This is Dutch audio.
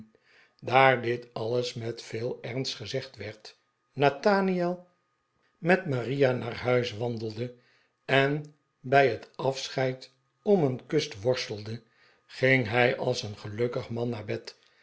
daar dit alles met veel ernst gezegd werd nathaniel met maria naar huis wandelde en bij het afscheid om een kus worstelde ging hij als een gelukkig man naar bed